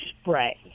spray